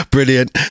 Brilliant